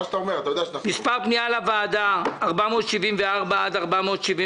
מספר פנייה לוועדה 474 עד 475